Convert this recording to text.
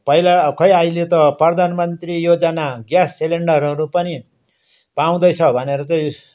पहिला खोइ अहिले त प्रधान मन्त्री योजना ग्यास सिलिन्डरहरू पनि पाउँदैछ भनेर चाहिँ